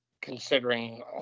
considering